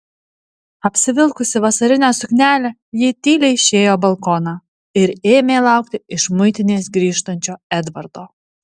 apsivilkusi vasarinę suknelę ji tyliai išėjo balkoną ir ėmė laukti iš muitinės grįžtančio edvardo